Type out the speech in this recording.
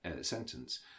sentence